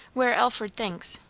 where alford thinks,